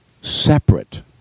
separate